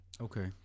Okay